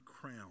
crown